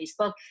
Facebook